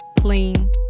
clean